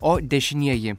o dešinieji